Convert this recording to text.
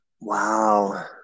Wow